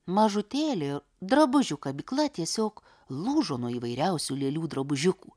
mažutėlių drabužių kabykla tiesiog lūžo nuo įvairiausių lėlių drabužiukų